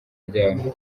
ryabo